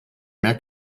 mehr